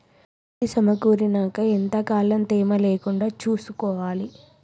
పత్తి సమకూరినాక ఎంత కాలం తేమ లేకుండా చూసుకోవాలి?